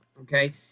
okay